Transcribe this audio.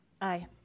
Aye